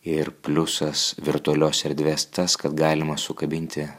ir pliusas virtualios erdvės tas kad galima sukabinti